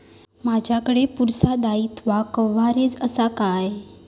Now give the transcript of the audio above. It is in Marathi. माजाकडे पुरासा दाईत्वा कव्हारेज असा काय?